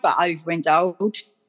overindulged